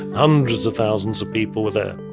hundreds of thousands of people were there